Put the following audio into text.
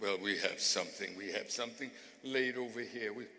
well we have something we have something laid over here we